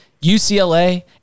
UCLA